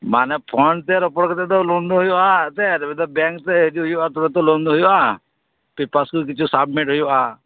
ᱢᱟᱱᱮ ᱨᱚᱯᱚᱲ ᱠᱟᱛᱮ ᱫᱚ ᱞᱳᱱ ᱫᱚ ᱦᱩᱭᱩᱜᱼᱟ ᱮᱱᱛᱮ ᱵᱮᱝ ᱛᱮ ᱦᱤᱡᱩᱜ ᱦᱩᱭᱩᱜᱼᱟ ᱛᱚᱵᱮ ᱛᱚ ᱞᱳᱱ ᱫᱚ ᱦᱩᱭᱩᱜᱼᱟ ᱯᱮᱯᱟᱨ ᱠᱚ ᱠᱤᱪᱪᱷᱩ ᱥᱟᱵᱢᱤᱴ ᱦᱩᱭᱩᱜᱼᱟ